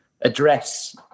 address